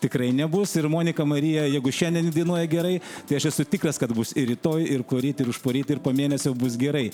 tikrai nebus ir monika marija jeigu šiandien dainuoja gerai tai aš esu tikras kad bus ir rytoj ir poryt ir užporyt ir po mėnesio bus gerai